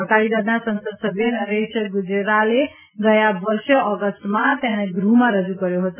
અકાલીદળના સંસદ સભ્ય નરેશ ગુજરાલે ગયા વર્ષે ઓગસ્ટમાં તેણે ગુફમાં રજુ કર્યો હતો